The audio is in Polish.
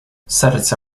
serce